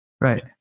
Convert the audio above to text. Right